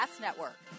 Network